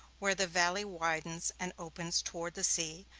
where the valley widens and opens toward the sea,